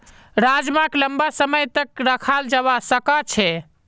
राजमाक लंबा समय तक रखाल जवा सकअ छे